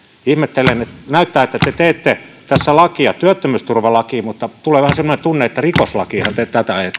näyttää että teette tässä lakia työttömyysturvalakiin mutta tulee vähän semmoinen tunne että rikoslakiinhan te tätä